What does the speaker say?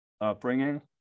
upbringing